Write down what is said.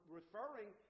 referring